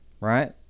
Right